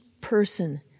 person